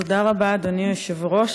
תודה רבה, אדוני היושב-ראש.